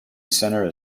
center